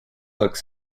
looked